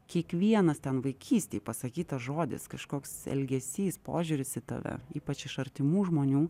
kiekvienas ten vaikystėj pasakytas žodis kažkoks elgesys požiūris į tave ypač iš artimų žmonių